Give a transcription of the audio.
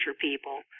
people